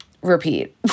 repeat